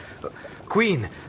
Queen